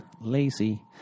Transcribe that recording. lazy